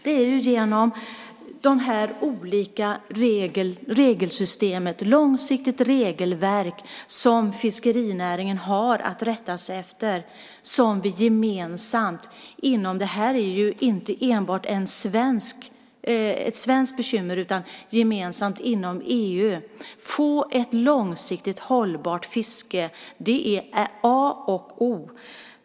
Det är genom regelsystemet, ett långsiktigt regelverk som fiskerinäringen har att rätta sig efter, som vi gemensamt inom EU kan få ett långsiktigt hållbart fiske - det här är ju inte enbart ett svenskt bekymmer. Det är A och O.